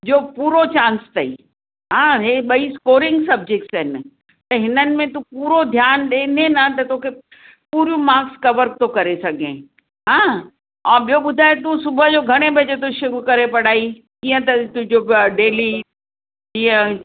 जो पूरो चांसि अथई हा हीअ बई स्कोरिंग सब्जेकट्स आहिनि त हिननि में तूं पूरो ध्यानु ॾींदे न त पूरियूं मार्क्स तो कवर करे सघें हां अ ॿियो ॿुधाए तूं सुबुह जो घणे बजे शुरू करें पढ़ाई कीअं अथई तुंहिंजो डेली